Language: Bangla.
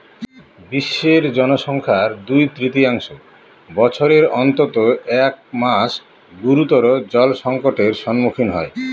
বিশ্বের জনসংখ্যার দুই তৃতীয়াংশ বছরের অন্তত এক মাস গুরুতর জলসংকটের সম্মুখীন হয়